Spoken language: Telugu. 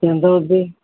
ఎంత అవుద్ది